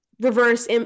reverse